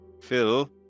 Phil